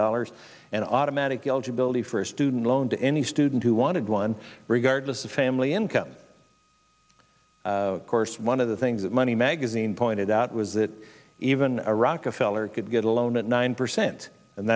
dollars and automatic eligibility for a student loan and to any student who wanted one regardless of family income course one of the things that money magazine pointed out was that even a rockefeller could get a loan at nine percent and